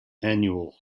annual